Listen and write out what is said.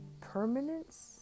permanence